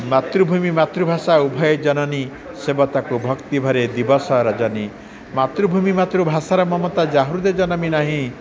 ମାତୃଭୂମି ମାତୃଭାଷା ଉଭୟ ଜନନୀ ସେବା ତାକୁ ଭକ୍ତି ଭରେ ଦିବସ ରଜନୀ ମାତୃଭୂମି ମାତୃଭାଷାର ମମତା ଯାହୃଦେ ଜନମି ନାହିଁ